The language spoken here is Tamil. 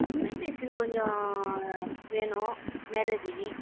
இன்விடேஷன் கொஞ்சம் வேணும் மேரேஜிக்கு